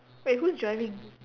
wait who's driving